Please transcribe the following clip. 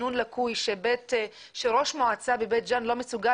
לתכנון לקוי כאשר ראש מועצה בבין ג'אן לא מסוגל